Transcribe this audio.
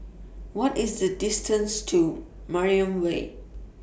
What IS The distance to Mariam Way